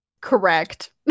Correct